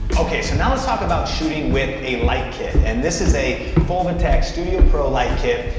okay, so now let's talk about shooting with a light kit. and this is a fovitec studiopro light kit.